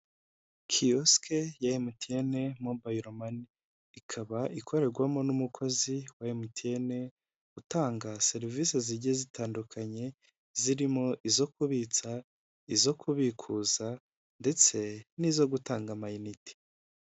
Kiyosike ya MTN mobayiro mani. Ikaba ikorerwamo n'umukozi wa emutiyene utanga serivise zigiye zitandukanye zirimo; izo kubitsa, izo kubikuza, ndetse n'izo gutanga amayinite.